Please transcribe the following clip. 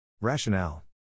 Rationale